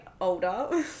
older